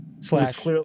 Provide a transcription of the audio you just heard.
Slash